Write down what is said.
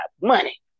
money